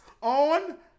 on